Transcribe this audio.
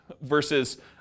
versus